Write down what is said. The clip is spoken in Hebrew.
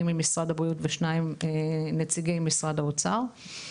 ממשרד הבריאות ושני נציגים של משרד האוצר,